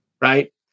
right